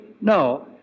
No